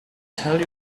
tell